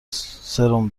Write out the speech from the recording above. سرم